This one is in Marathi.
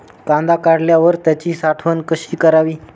कांदा काढल्यावर त्याची साठवण कशी करावी?